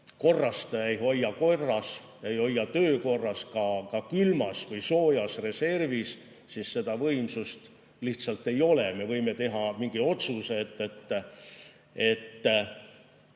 korrasta, ei hoia korras, ei hoia töökorras, ka nn külmas või soojas reservis, siis seda võimsust lihtsalt ei ole. Me võime teha mingi otsuse, et